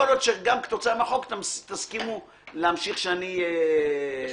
יכול להיות שגם כתוצאה מהחוק תסכימו שאני אמשיך --- עבד אל